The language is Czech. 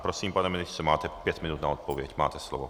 Prosím, pane ministře, máte pět minut na odpověď, máte slovo.